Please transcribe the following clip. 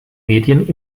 medien